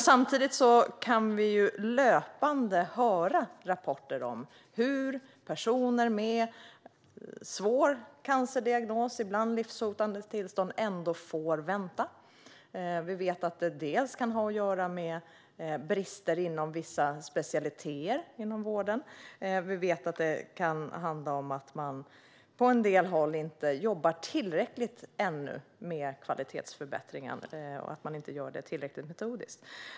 Samtidigt kommer det löpande rapporter om hur personer med svår cancerdiagnos - ibland med livshotande tillstånd - ändå får vänta. Det kan ha att göra med brister inom vissa specialiteter i vården. Vi vet att det kan handla om att man på en del håll ännu inte jobbar tillräckligt med kvalitetsförbättringar och att man inte gör det tillräckligt metodiskt.